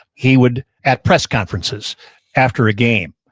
he would, at press conferences after a game,